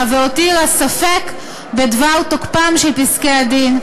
והותירה ספק בדבר תוקפם של פסקי-הדין,